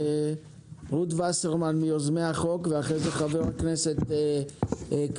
רות וסרמן, מיוזמי החוק, ואחרי זה חבר הכנסת קרעי.